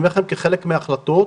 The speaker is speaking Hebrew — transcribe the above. כחלק מההחלטות,